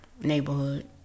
neighborhood